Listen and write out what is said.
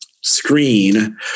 screen